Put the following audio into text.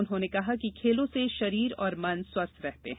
उन्होंने कहा कि खेलों से शरीर और मन स्वस्थ रहते हैं